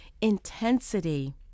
intensity